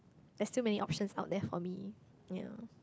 there's too many options out there for me ya